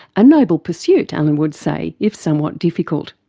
a noble pursuit alan would say if somewhat difficult.